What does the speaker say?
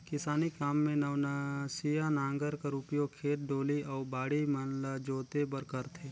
किसानी काम मे नवनसिया नांगर कर उपियोग खेत, डोली अउ बाड़ी मन ल जोते बर करथे